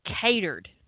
catered